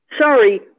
sorry